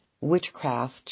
Witchcraft